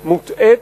מוטעית,